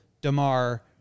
DeMar